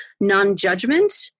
non-judgment